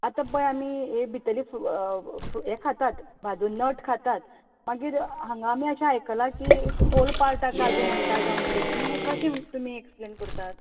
आतां पय आमी हे भितरले फू हें खातात भाजून नट खातात मागीर हांगा आमी अशें आयकला की होल पार्टाक काजू म्हणटा जावं कितें तुमी हे कशें एक्सप्लेन करतात